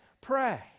pray